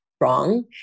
wrong